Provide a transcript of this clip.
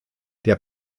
der